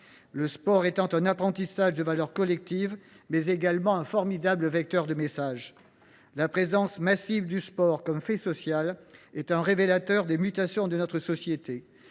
Le sport est en effet un apprentissage des valeurs collectives, mais également un formidable vecteur de messages. La présence massive du sport comme fait social est un révélateur des mutations de notre société